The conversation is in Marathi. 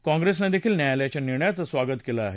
काँप्रेसनं देखील न्यायालयाच्या निर्णयाचं स्वागत केलं आहे